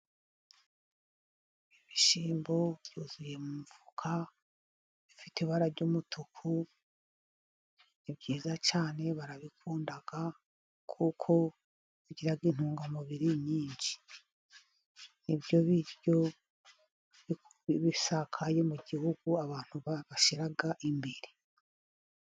Ibishyimbo byuzuye mu mifuka bifite ibara ry'umutuku ni byiza cyane barabikunda kuko bigira intungamubiri nyinshi. Nibyo biryo bisakaye mu gihugu abantu baba bashyira imbere.